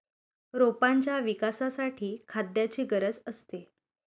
रोपांच्या विकासासाठी खाद्याची गरज असते